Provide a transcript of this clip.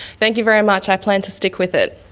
thank you very much, i plan to stick with it,